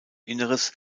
inneres